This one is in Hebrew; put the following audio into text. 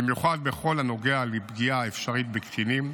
במיוחד בכל הנוגע לפגיעה האפשרית בקטינים,